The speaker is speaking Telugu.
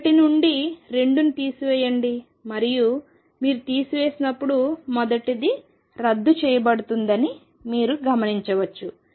1 నుండి 2ని తీసివేయండి మరియు మీరు తీసివేసినప్పుడు మొదటిది రద్దు చేయబడుతుందని మీరు గమనించవచ్చు